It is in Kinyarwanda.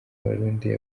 abarundi